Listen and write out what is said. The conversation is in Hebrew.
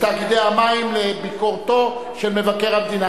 תאגידי המים לביקורתו של מבקר המדינה.